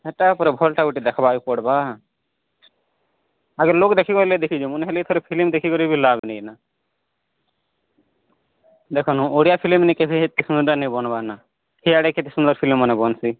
ହେଟା ଉପରେ ଭଲ୍ଟା ଗୁଟେ ଦେଖବାକେ ପଡ଼ବା ଆଗେ ଲୋକ ଦେଖିଗଲେ ଦେଖି ଜିମୁ ନହେଲେ ଏଥର ଫିଲିମ୍ ଦେଖିକରି ବି ଲାଭ ନେଇ ନା ଦେଖନୁ ଓଡ଼ିଆ ଫିଲିମ୍ ନେ କେଭେ ହେ ଖେମତା ନାଇଁ ବନବାର ନା ହିଆଡ଼େ କେତେ ସୁନ୍ଦର ଫିଲିମ୍ମାନେ ବନସି